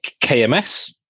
KMS